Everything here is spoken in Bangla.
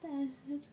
তারপর